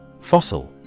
Fossil